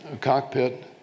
cockpit